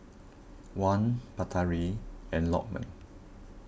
Wan Batari and Lokman